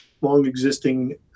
long-existing